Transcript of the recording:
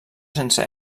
sense